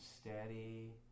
steady